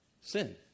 sin